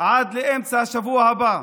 עד לאמצע השבוע הבא.